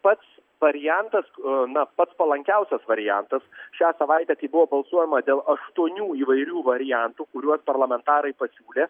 pats variantas na pats palankiausias variantas šią savaitę kai buvo balsuojama dėl aštuonių įvairių variantų kuriuos parlamentarai pasiūlė